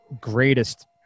greatest